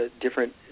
different